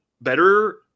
better